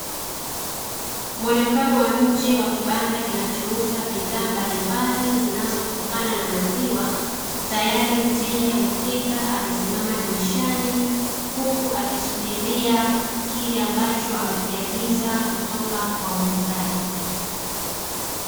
Muonekano wa nje wa kibanda kinachouza bidhaa mbalimbali zinazotokana na maziwa, tayari mteja amefika amesimama dirishani huku akisubiria kile ambacho amekiagiza kutoka kwa muuzaji.